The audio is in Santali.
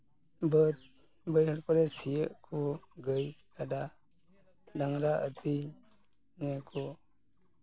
ᱵᱟᱹᱫ ᱵᱟᱹᱭᱦᱟᱹᱲ ᱠᱚᱨᱮ ᱥᱤᱭᱚᱜ ᱠᱚ ᱜᱟᱹᱭ ᱠᱟᱰᱟ ᱰᱟᱝᱨᱟ ᱟᱹᱛᱤᱧ ᱱᱤᱭᱟᱹ ᱠᱚ